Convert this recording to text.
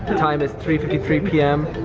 time is three fifty three p m.